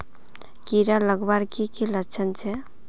कीड़ा लगवार की की लक्षण छे?